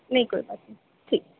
نہیں کوئی بات نہیں ٹھیک